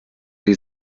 sie